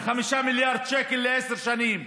ב-5 מיליארד שקל לעשר שנים.